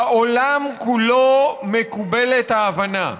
בעולם כולו מקובלת ההבנה: